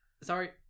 Sorry